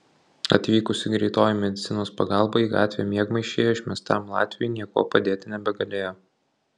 atvykusi greitoji medicinos pagalba į gatvę miegmaišyje išmestam latviui niekuo padėti nebegalėjo